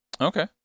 Okay